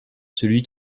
celui